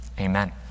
Amen